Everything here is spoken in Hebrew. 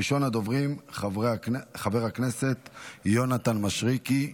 ראשון הדוברים, חברי חבר הכנסת יונתן מישרקי.